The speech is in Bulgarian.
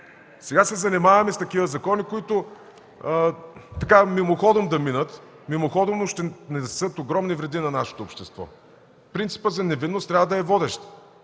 Сега се занимаваме с такива закони, които да минат мимоходом, но ще нанесат огромни вреди на нашето общество. Принципът за невинност трябва да е водещ.